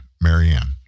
Marianne